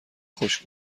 خوش